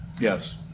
Yes